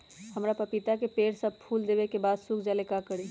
हमरा पतिता के पेड़ सब फुल देबे के बाद सुख जाले का करी?